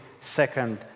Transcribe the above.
second